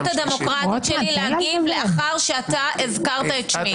הדמוקרטית שלי להגיב לאחר שהזכרת את שמי.